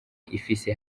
ifise